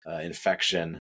infection